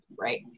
Right